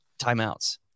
Timeouts